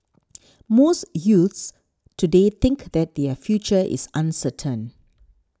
most youths today think that their future is uncertain